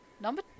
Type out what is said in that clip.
Number